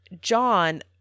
John